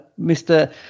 Mr